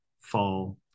fall